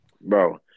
Bro